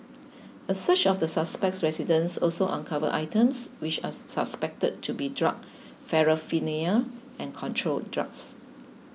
a search of the suspect's residence also uncovered items which are suspected to be drug paraphernalia and controlled drugs